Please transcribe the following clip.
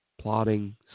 plotting